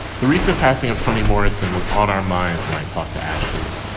the recent passing of toni morrison was on our minds when i talked to ashley.